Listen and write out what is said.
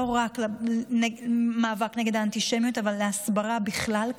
לא רק למאבק נגד האנטישמיות אבל להסברה בכלל,